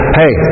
hey